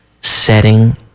setting